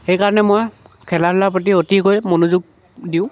সেইকাৰণে মই খেলা ধূলাৰ প্ৰতি অতিকৈ মনোযোগ দিওঁ